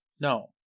No